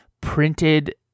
printed